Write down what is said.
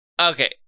Okay